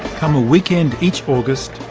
come a weekend each august,